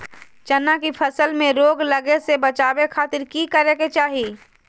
चना की फसल में रोग लगे से बचावे खातिर की करे के चाही?